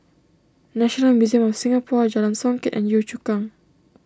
National Museum of Singapore Jalan Songket and Yio Chu Kang